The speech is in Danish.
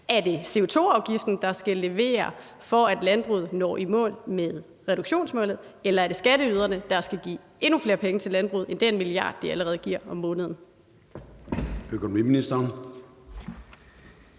Er det CO2-afgiften, der skal levere, for at landbruget når i mål med reduktionsmålet, eller er det skatteyderne, der skal give endnu flere penge til landbruget end den milliard, de allerede giver om måneden?